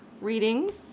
readings